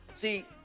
See